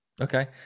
Okay